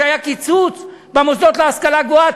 שהיה קיצוץ במוסדות להשכלה גבוהה,